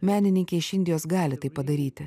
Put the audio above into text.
menininkė iš indijos gali tai padaryti